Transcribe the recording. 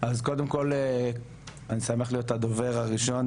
אז קודם כל אני שמח להיות הדובר הראשון